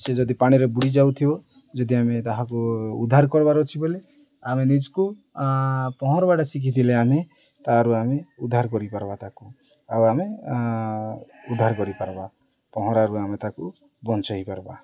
ସେ ଯଦି ପାଣିରେ ବୁଡ଼ି ଯାଉଥିବ ଯଦି ଆମେ ତାହାକୁ ଉଦ୍ଧାର କର୍ବାର ଅଛି ବୋଲେ ଆମେ ନିଜକୁ ପହଁରିବାଟା ଶିଖିଥିଲେ ଆମେ ତାରୁ ଆମେ ଉଦ୍ଧାର କରିପାର୍ବା ତାକୁ ଆଉ ଆମେ ଉଦ୍ଧାର କରିପାର୍ବା ପହଁରାରୁ ଆମେ ତାକୁ ବଞ୍ଚେଇ ପାର୍ବା